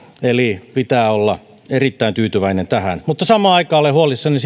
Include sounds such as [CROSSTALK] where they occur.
eli pitää olla erittäin tyytyväinen tähän mutta samaan aikaan olen huolissani [UNINTELLIGIBLE]